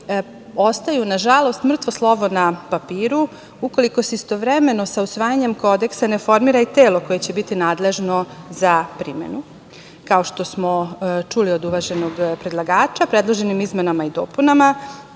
ostaju, nažalost, mrtvo slovo na papiru, ukoliko se istovremeno, sa usvajanjem kodeksa ne formira i telo koje će biti nadležno za primenu. Kao što smo čuli od uvaženog predlagača, predloženim izmenama i dopunama